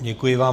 Děkuji vám.